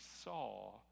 saw